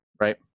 right